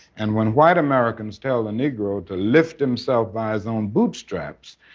and when white americans tell the negro to lift himself by his own bootstraps,